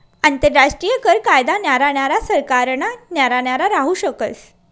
आंतरराष्ट्रीय कर कायदा न्यारा न्यारा सरकारना न्यारा न्यारा राहू शकस